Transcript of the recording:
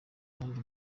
ruhande